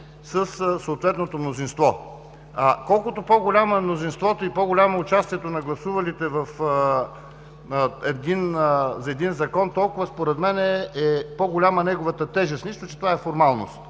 със съответното мнозинство. Колкото по-голямо е мнозинството и по-голямо участието на гласувалите за един закон, толкова според мен е по-голяма неговата тежест. Нищо че това е формалност,